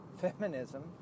Feminism